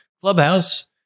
Clubhouse